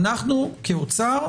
ואנחנו כאומר,